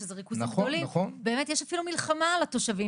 שזה ריכוזים גדולים באמת יש אפילו מלחמה על התושבים